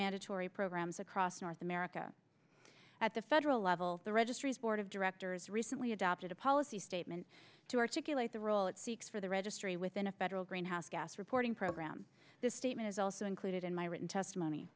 mandatory programs across north america at the federal level the registry's board of directors recently adopted a policy statement to articulate the role it seeks for the registry within a federal greenhouse gas reporting program this statement is also included in my written testimony